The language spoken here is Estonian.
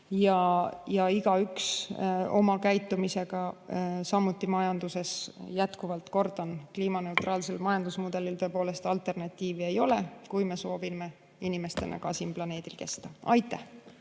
ja igaüks oma käitumisega. Samuti majanduses, jätkuvalt kordan, kliimaneutraalsel majandusmudelil tõepoolest alternatiivi ei ole, kui me soovime inimestena siin planeedil kesta. Aitäh!